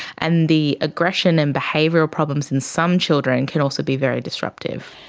and the aggression and behavioural problems in some children can also be very disruptive.